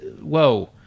Whoa